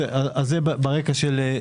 זה ברקע הדברים.